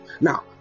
Now